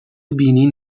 بینی